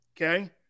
Okay